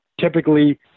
typically